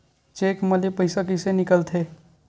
Cheque म ले पईसा कइसे निकलथे?